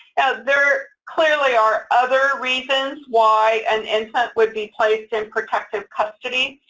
there clearly are other reasons why an infant would be placed in protective custody,